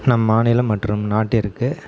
நம் மாநிலம் மற்றும் நாட்டிற்கு